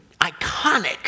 iconic